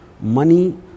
money